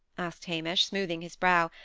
asked hamish, smoothing his brow,